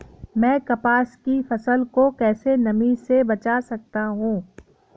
मैं कपास की फसल को कैसे नमी से बचा सकता हूँ?